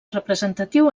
representatiu